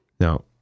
Now